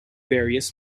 various